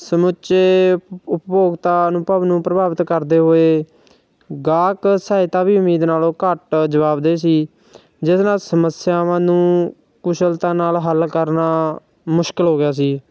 ਸਮੁੱਚੇ ਉਪਭੋਗਤਾ ਅਨੁਭਵ ਨੂੰ ਪ੍ਰਭਾਵਿਤ ਕਰਦੇ ਹੋਏ ਗਾਹਕ ਸਹਾਇਤਾ ਵੀ ਉਮੀਦ ਨਾਲੋਂ ਘੱਟ ਜਵਾਬਦੇਹ ਸੀ ਜਿਸ ਨਾਲ ਸਮੱਸਿਆਵਾਂ ਨੂੰ ਕੁਸ਼ਲਤਾ ਨਾਲ ਹੱਲ ਕਰਨਾ ਮੁਸ਼ਕਲ ਹੋ ਗਿਆ ਸੀ